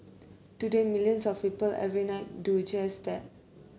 today millions of people every night do just that